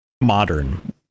modern